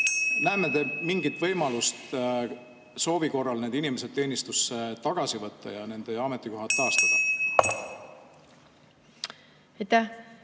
näeme mingit võimalust soovi korral need inimesed teenistusse tagasi võtta ja nende ametikohad taastada?